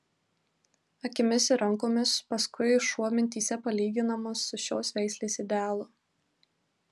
akimis ir rankomis paskui šuo mintyse palyginamas su šios veislės idealu